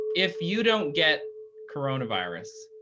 if you don't get coronavirus,